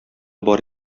бар